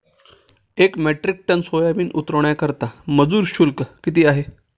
एक metric ton soybean उतरवण्याकरता मजूर शुल्क किती आहे?